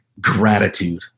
gratitude